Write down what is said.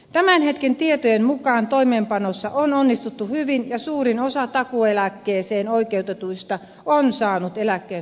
tämän hetken tietojen mukaan toimeenpanossa on onnistuttu hyvin ja suurin osa takuueläkkeeseen oikeutetuista on saanut eläkkeensä maksuun